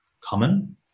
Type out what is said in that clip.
common